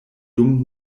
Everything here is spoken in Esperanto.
dum